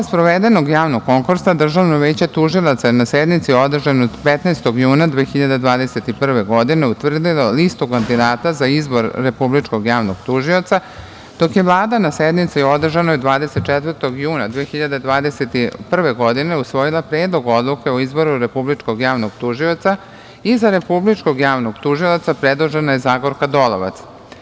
Posle sprovedenog javnog konkursa Državno veće tužilaca na sednici održanoj 15. juna 2021. godine je utvrdilo listu kandidata za izbor Republičkog javnog tužioca, dok je Vlada na sednici održanoj 24. juna 2021. godine usvojila Predlog odluke o izboru Republičkog javnog tužioca i za Republičkog javnog tužioca predložena je Zagorka Dolovac.